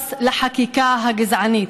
חלאס לחקיקה הגזענית.